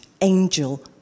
angel